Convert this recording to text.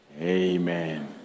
Amen